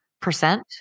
percent